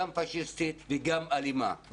גם פשיסטית וגם אלימה.